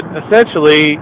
essentially